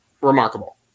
remarkable